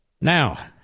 Now